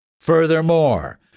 Furthermore